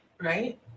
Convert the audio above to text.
right